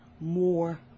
more